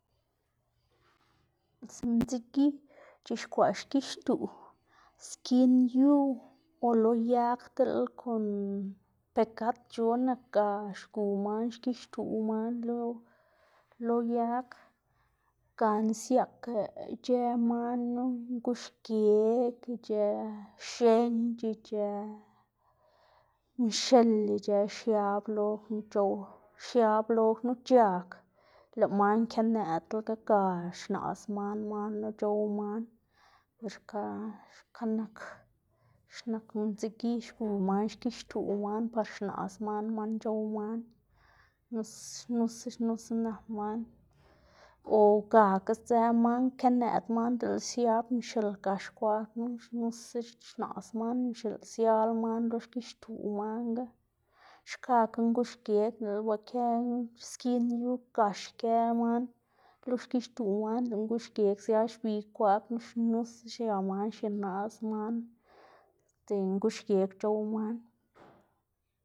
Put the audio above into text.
mtsi- mtsigi c̲h̲ixkwaꞌ xgixtuꞌ skin yu o lo yag deꞌl kon pegadc̲h̲o nak ga xgu man xgixtuꞌ man lo lo yag gana siaꞌka ic̲h̲ë man knu, xguxgeg ic̲h̲ë x̱enc̲h̲ ic̲h̲ë mxil ic̲h̲ë xiab lo knu c̲h̲ow, xiab lo knu c̲h̲ak, lëꞌ man kënëꞌdlaga, ga xnaꞌs man man knu c̲h̲ow man, xka xka nak mtsigi xgu man xgixtuꞌ man par xnaꞌs man man c̲h̲ow man, xnusa xnusa xnusa nak man o gakga sdze man kënëꞌd man dele xiab mxil gax kwa knu xnusa xnaꞌs man mxil lëꞌ siala man lo xgixtuꞌ manga, xkakga nguxgeg dele ba kë skin yu gax kë man, lo xgixtuꞌ man lëꞌ nguxgeg sia xbig kwa knu xnusa xia man xienaꞌs man este nguxgeg c̲h̲ow man.